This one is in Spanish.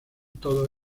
todo